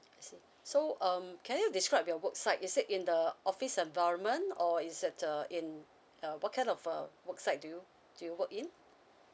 I see so um can you describe your worksite is it in the office environment or is it uh in uh what kind of uh worksite do you do you work in